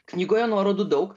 knygoje nuorodų daug